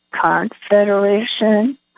Confederation